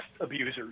abusers